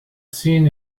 seen